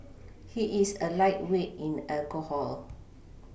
he is a lightweight in alcohol